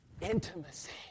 intimacy